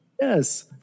yes